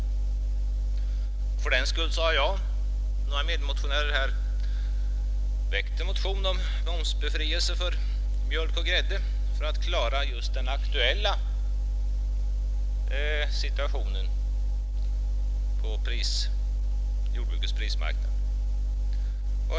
Fördenskull har jag tillsammans med några medmotionärer väckt en motion om momsbefrielse för mjölk och grädde för att man skulle kunna klara just den akuta prissituationen för jordbruksprodukterna.